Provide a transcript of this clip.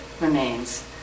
remains